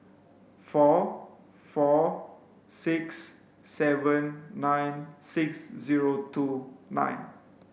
four four six seven nine six zero two nine